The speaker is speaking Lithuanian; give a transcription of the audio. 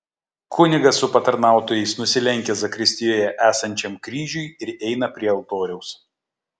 kunigas su patarnautojais nusilenkia zakristijoje esančiam kryžiui ir eina prie altoriaus